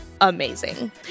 amazing